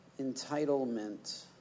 entitlement